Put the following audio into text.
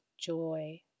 joy